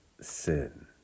sin